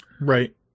Right